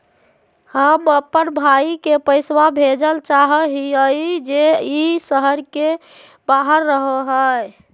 हम अप्पन भाई के पैसवा भेजल चाहो हिअइ जे ई शहर के बाहर रहो है